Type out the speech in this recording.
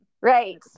Right